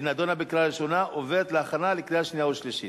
ההצעה עוברת להמשך לוועדת הפנים והגנת הסביבה.